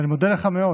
ואני מודה לך מאוד.